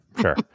sure